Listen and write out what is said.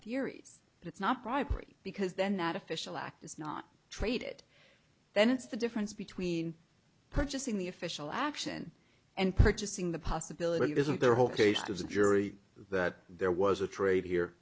theories but it's not bribery because then that official act is not traded then it's the difference between purchasing the official action and purchasing the possibility isn't there a whole case to the jury that there was a trade here